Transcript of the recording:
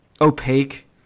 opaque